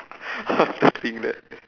after seeing that